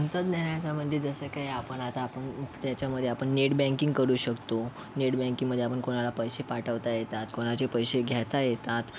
तंत्रज्ञानाचा म्हणजे जसं काही आपण आता आपण त्याच्यामध्ये आपण नेट बँकिंग करू शकतो नेटबँकिंगमध्ये आपण कोणाला पैसे पाठवता येतात कोणाचे पैसे घेता येतात